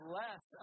less